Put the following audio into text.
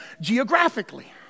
geographically